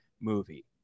movie